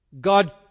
God